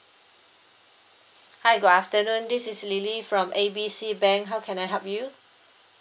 hi good afternoon this is lily from A B C bank how can I help you